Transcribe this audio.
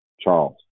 Charles